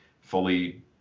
fully